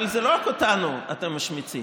אבל לא רק אותנו אתם משמיצים.